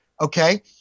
Okay